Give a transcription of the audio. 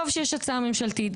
טוב שיש הצעה ממשלתית.